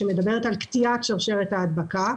שמדברת על קטיעת שרשרת ההדבקה.